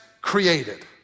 created